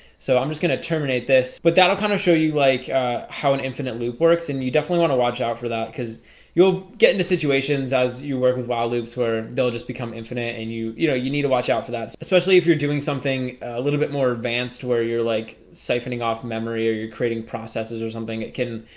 so i'm just gonna terminate this but that'll kind of show you like how an infinite loop works and you definitely want to watch out for that because you'll get into situations as you work with while loops where they'll just become infinite and you you know you need to watch out for that especially if you're doing something a little bit more advanced where you're like siphoning off memory or you're creating processes or something it can